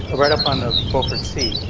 right up on the beaufort sea.